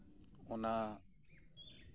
ᱚᱱᱟ